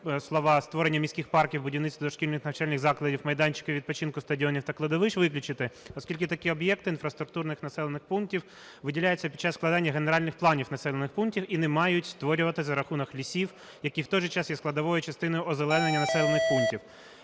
слова "створення міських парків, будівництво дошкільних навчальних закладів, майданчиків відпочинку, стадіонів та кладовищ" виключити, оскільки такі об'єкти інфраструктурних населених пунктів виділяються під час складання генеральних планів населених пунктів і не мають створюватись за рахунок лісів, які в той же час є складовою частиною озеленення населених пунктів.